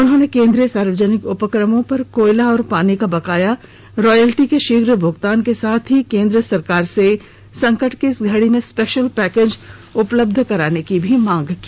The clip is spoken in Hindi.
उन्होंने केंद्रीय सार्वजनिक उपक्रमों पर कोयला और पानी का बकाया रॉयल्टी के शीघ्र भुगतान के साथ ही केंद्र सरकार से संकट की इस घड़ी में स्पेशल पैकेज उपलब्ध कराने की भी मांग की